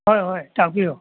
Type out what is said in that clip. ꯍꯣꯏ ꯍꯣꯏ ꯇꯥꯛꯄꯤꯔꯛꯎ